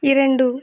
இரண்டு